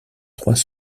trois